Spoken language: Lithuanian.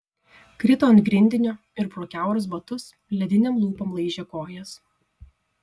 krito ant grindinio ir pro kiaurus batus ledinėm lūpom laižė kojas